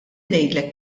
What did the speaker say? ngħidlek